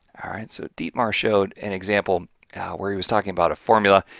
all right, so dietmar showed an example where he was talking about a formula.